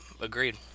Agreed